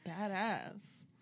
Badass